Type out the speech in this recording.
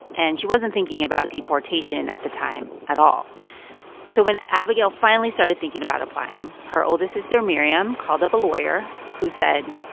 and she wasn't thinking about deportation at the time at all so when abigail finally started thinking about applying, her older sister miriam called up a lawyer who said,